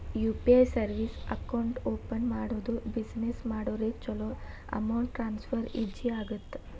UPI service account open ಮಾಡೋದು business ಮಾಡೋರಿಗ ಚೊಲೋ ಅಮೌಂಟ್ ಟ್ರಾನ್ಸ್ಫರ್ ಈಜಿ ಆಗತ್ತ